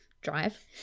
drive